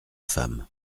femme